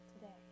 today